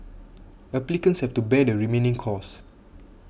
applicants have to bear the remaining costs